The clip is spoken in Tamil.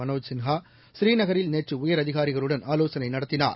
மனோஜ் சின்ஹா ப்ரீநகரில் நேற்றுஉயரதிகாரிகளுடன் ஆலோசனைநடத்தினார்